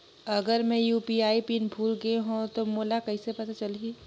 अगर मैं UPI pin भुल गये हो तो मोला कइसे पता चलही?